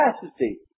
capacity